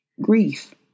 grief